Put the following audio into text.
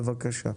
בבקשה.